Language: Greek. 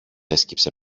έσκυψε